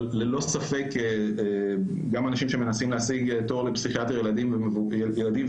אבל ללא ספק גם אנשים שמנסים להשיג תור לפסיכיאטריה ילדים ומתבגרים,